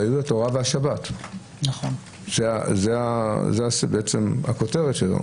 זו הכותרת שלה,